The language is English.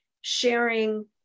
sharing